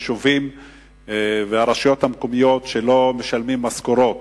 היישובים והרשויות המקומיות שלא משלמים משכורות.